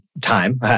time